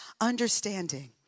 understanding